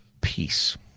peace